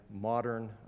modern